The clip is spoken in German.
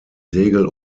segel